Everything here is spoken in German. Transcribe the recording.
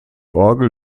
orgel